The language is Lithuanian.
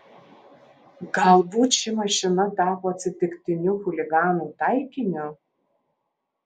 galbūt ši mašina tapo atsitiktiniu chuliganų taikiniu